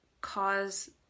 cause